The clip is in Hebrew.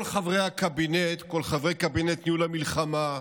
כל חברי הקבינט, כל חברי קבינט ניהול המלחמה,